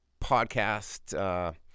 podcast